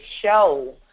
show